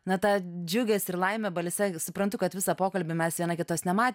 na tą džiugesį ir laimę balse suprantu kad visą pokalbį mes viena kitos nematėme